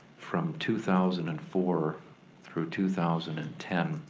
from two thousand and four through two thousand and ten,